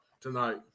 tonight